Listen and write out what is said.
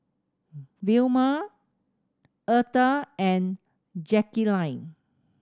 Vilma Eartha and Jackeline